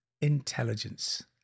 intelligence